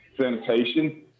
sanitation